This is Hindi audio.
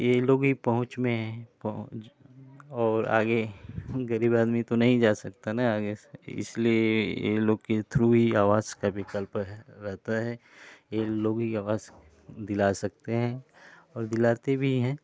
ये लोग भी पहुँच में हैं पहुँच और आगे गरीब आदमी तो नहीं जा सकता न आगे इसलिए इन लोगों के थ्रू ही आवास का विकल्प है रहता है ये लोग ही आवास दिला सकते हैं और दिलाते भी हैं